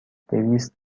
دویست